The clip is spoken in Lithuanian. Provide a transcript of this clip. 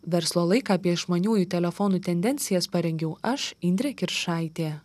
verslo laiką apie išmaniųjų telefonų tendencijas parengiau aš indrė kiršaitė